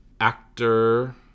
actor